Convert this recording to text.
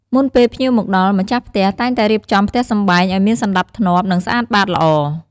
មុនពេលភ្ញៀវមកដល់ ម្ចាស់ផ្ទះតែងតែរៀបចំផ្ទះសម្បែងឱ្យមានសណ្ដាប់ធ្នាប់ និងស្អាតបាតល្អ។